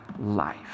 life